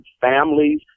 families